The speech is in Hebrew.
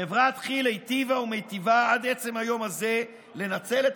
חברת כי"ל היטיבה ומיטיבה עד עצם היום הזה לנצל את